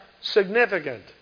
significant